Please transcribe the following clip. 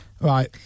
right